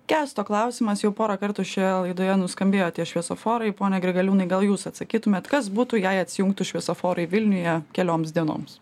kęsto klausimas jau porą kartų šioje laidoje nuskambėjo tie šviesoforai pone grigaliūnai gal jūs atsakytumėt kas būtų jei atsijungtų šviesoforai vilniuje kelioms dienoms